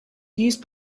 used